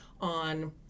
on